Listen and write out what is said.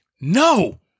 No